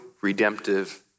redemptive